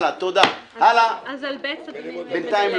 אז על 5(ב) אדוני מדלג?